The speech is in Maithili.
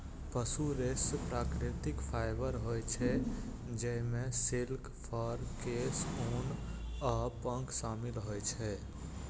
पशु रेशा प्राकृतिक फाइबर होइ छै, जइमे सिल्क, फर, केश, ऊन आ पंख शामिल होइ छै